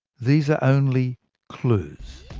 these are only clues.